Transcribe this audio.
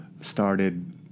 started